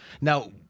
Now